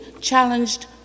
challenged